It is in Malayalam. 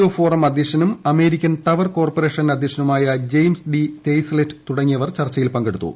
ഒ ഫോറം അധ്യക്ഷനും അമേരിക്കൻ ടവർ കോർപ്പറേഷൻ അദ്ധ്യക്ഷനുമായ ജയിംസ് ഡി തെയ്സ്ലെറ്റ് തുടങ്ങിയവർ ചർച്ചയിൽ പങ്കെടുത്തു